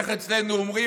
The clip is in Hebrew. איך אצלנו אומרים?